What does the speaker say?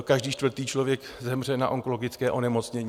Každý čtvrtý člověk zemře na onkologické onemocnění.